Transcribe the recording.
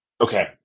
okay